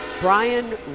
Brian